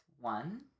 one